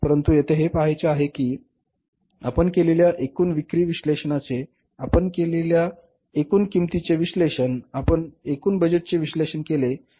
परंतु येथे हे पहायचे आहे की आपण केलेल्या एकूण विक्री विश्लेषणाचे आपण केलेल्या एकूण किंमतीचे विश्लेषण आपण एकूण बजेटचे विश्लेषण केले तर